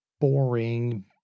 boring